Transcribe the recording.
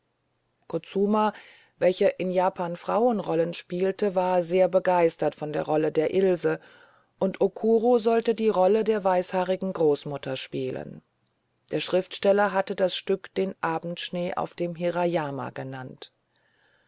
kutsuma welcher in japan frauenrollen spielte war sehr begeistert von der rolle der ilse und okuro sollte die rolle der weißhaarigen großmutter spielen der schriftsteller hatte das stück den abendschnee auf dem hirayama genannt